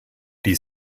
die